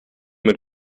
mit